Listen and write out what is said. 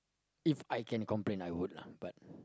If I can complain I would lah but